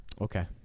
Okay